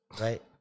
right